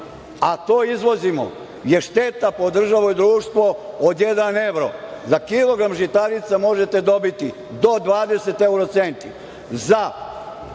a to izvozimo, je šteta po državu i društvo od jedan evro. Za kilogram žitarica možete dobiti do 20 evro centa.